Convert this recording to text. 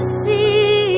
see